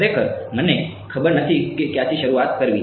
ખરેખર મને ખબર નથી કે ક્યાંથી શરૂઆત કરવી